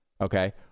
okay